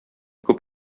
күп